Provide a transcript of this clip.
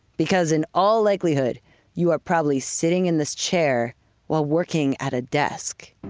because in all likelihood you are probably sitting in this chair while working at a desk.